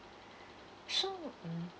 so mm